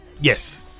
Yes